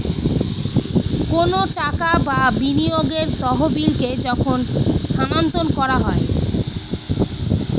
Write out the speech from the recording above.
কোনো টাকা বা বিনিয়োগের তহবিলকে যখন স্থানান্তর করা হয়